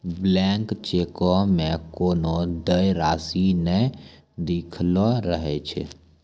blank चेको मे कोनो देय राशि नै लिखलो रहै छै